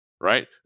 right